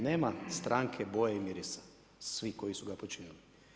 Nema stranke, boje i mirisa, svi koji su ga počinili.